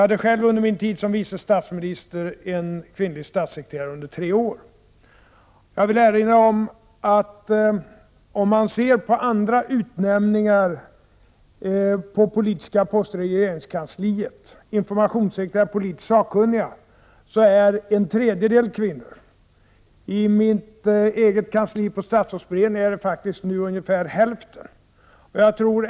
Under min tid som vice statsminister hade jag själv en kvinnlig statssekreterare under tre år. Om man ser på andra utnämningar till politiska poster i regeringskansliet, informationssekreterare och politiskt sakkunniga, finner man att en tredjedel är kvinnor. I mitt eget kansli i statsrådsberedningen är det ungefär hälften kvinnor.